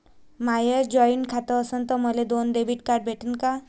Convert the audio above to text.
माय joint खातं असन तर मले दोन डेबिट कार्ड भेटन का?